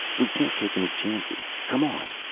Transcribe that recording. we can't take any chances. come on.